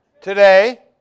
Today